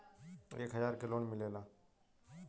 एक हजार के लोन मिलेला?